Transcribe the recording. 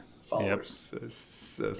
followers